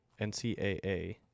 NCAA